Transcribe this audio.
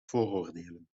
vooroordelen